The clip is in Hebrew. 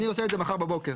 אני עושה את זה מחר בבוקר.